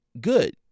good